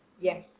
Yes